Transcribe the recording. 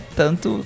tanto